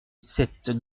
cette